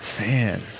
Man